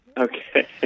Okay